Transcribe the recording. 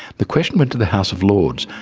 the question went to the house of lords.